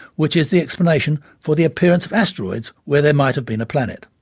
which is the explanation for the appearance of asteroids where there might have been a planet.